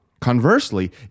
Conversely